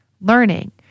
learning